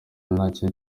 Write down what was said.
nacyo